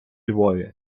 львові